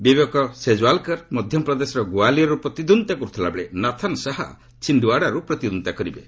ବିବେକ ସେଜ୍ୱାଲକର ମଧ୍ୟପ୍ରଦେଶର ଗୋଆଲିୟର୍ରୁ ପ୍ରତିଦ୍ନ୍ଦିତା କରୁଥିବା ବେଳେ ନାଥନ ଶାହା ଛିଣ୍ଡୱାରାରୁ ପ୍ରତିଦ୍ୱନ୍ଦିତା କରିବେ